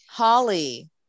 Holly